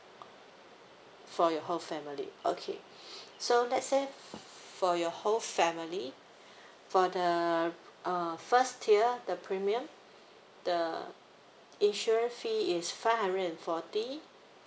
for your whole family okay so let's say for your whole family for the uh first tier the premium the insurance fee is five hundred and forty